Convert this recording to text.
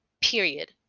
Period